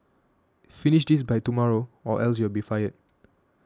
finish this by tomorrow or else you'll be fired